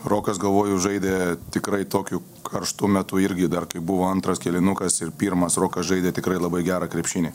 rokas galvoju žaidė tikrai tokiu karštu metu irgi dar kai buvo antras kėlinukas ir pirmas rokas žaidė tikrai labai gerą krepšinį